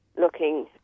looking